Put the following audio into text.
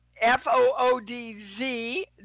f-o-o-d-z